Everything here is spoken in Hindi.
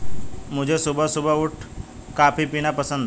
मुझे सुबह सुबह उठ कॉफ़ी पीना पसंद हैं